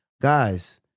guys